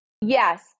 Yes